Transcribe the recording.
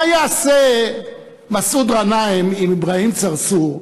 מה יעשו מסעוד גנאים ואברהים צרצור,